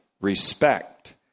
respect